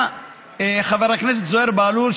חבר הכנסת זוהיר בהלול,